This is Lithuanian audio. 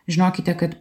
žinokite kad